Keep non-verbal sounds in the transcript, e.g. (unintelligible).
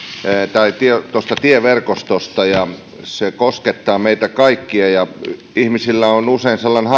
tieverkostosta se koskettaa meitä kaikkia ihmisillä on usein sellainen (unintelligible)